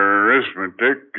arithmetic